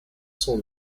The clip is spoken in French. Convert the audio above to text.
son